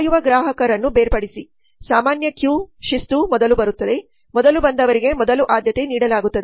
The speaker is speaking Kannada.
ಕಾಯುವ ಗ್ರಾಹಕರನ್ನು ಬೇರ್ಪಡಿಸಿ ಸಾಮಾನ್ಯ ಕ್ಯೂ ಶಿಸ್ತು ಮೊದಲು ಬರುತ್ತದೆ ಮೊದಲು ಬಂದವರಿಗೆ ಮೊದಲು ಆದ್ಯತೆ ನೀಡಲಾಗುತ್ತದೆ